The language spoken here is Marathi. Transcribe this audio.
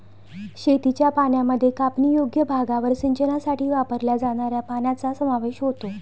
शेतीच्या पाण्यामध्ये कापणीयोग्य भागावर सिंचनासाठी वापरल्या जाणाऱ्या पाण्याचा समावेश होतो